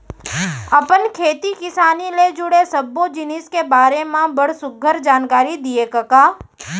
अपन खेती किसानी ले जुड़े सब्बो जिनिस के बारे म बड़ सुग्घर जानकारी दिए कका